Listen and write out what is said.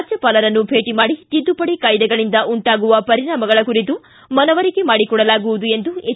ರಾಜ್ಯಪಾಲರನ್ನು ಭೇಟಿ ಮಾಡಿ ಸರ್ಕಾರ ತಿದ್ದುಪಡಿ ಕಾಯ್ದೆಗಳಿಂದ ಉಂಟಾಗುವ ಪರಿಣಾಮಗಳ ಕುರಿತು ಮನವರಿಕೆ ಮಾಡಿಕೊಡಲಾಗುವುದು ಎಂದು ಎಚ್